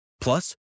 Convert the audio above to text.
Plus